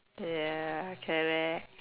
ya correct